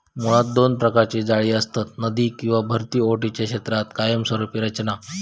मुळात दोन प्रकारची जाळी असतत, नदी किंवा भरती ओहोटीच्या क्षेत्रात कायमस्वरूपी रचना